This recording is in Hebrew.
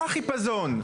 מה החיפזון?